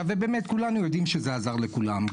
ובאמת כולנו יודעים שזה עזר לכולם,